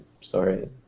sorry